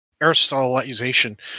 aerosolization